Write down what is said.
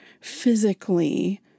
physically